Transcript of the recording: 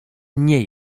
nie